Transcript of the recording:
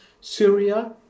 Syria